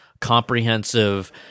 comprehensive